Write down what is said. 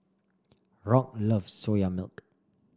Rock loves Soya Milk